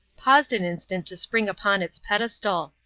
paused an instant to spring upon its pedestal.